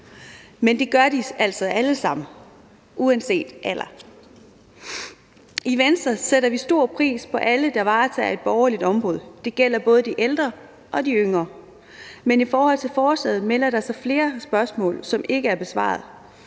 men det gør de altså alle sammen uanset alder. I Venstre sætter vi stor pris på alle, der varetager et borgerligt ombud, og det gælder både de ældre og de yngre. Men i forhold til forslaget melder der sig flere spørgsmål, som ikke er besvaret: